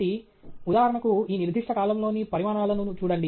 కాబట్టి ఉదాహరణకు ఈ నిర్దిష్ట కాలమ్లోని పరిమాణాలను చూడండి